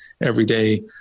everyday